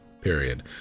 period